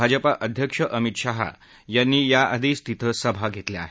भाजपाअध्यक्ष अमित शाह यांनी याआधीचं तिथं सभा घेतल्या आहेत